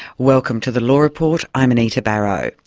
welcome to the law report, i'm anita barraud.